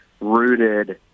rooted